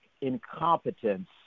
incompetence